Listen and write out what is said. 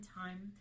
time